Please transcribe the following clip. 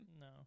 No